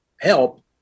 help